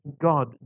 God